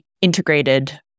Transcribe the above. integrated